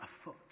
afoot